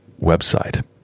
website